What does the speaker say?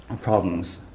problems